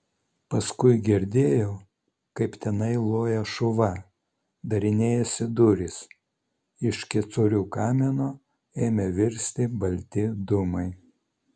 paskui girdėjau kaip tenai loja šuva darinėjasi durys iš kecorių kamino ėmė virsti balti dūmai